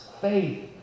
faith